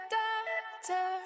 doctor